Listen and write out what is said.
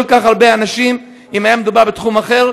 כך הרבה אנשים אם היה מדובר בתחום אחר.